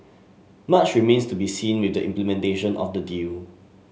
much remains to be seen with the implementation of the deal